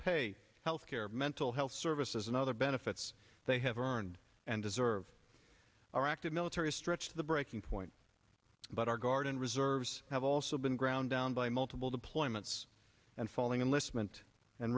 pay healthcare mental health services and other benefits they have earned and deserve our active military stretched to breaking point but our guard and reserves have also been ground down by multiple deployments and falling and listening and